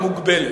המוגבלת.